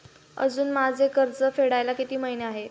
अजुन माझे कर्ज फेडायला किती महिने आहेत?